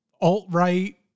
alt-right